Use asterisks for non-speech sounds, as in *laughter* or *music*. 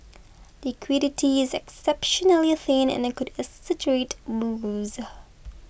liquidity is exceptionally thin and could exaggerate *unintelligible*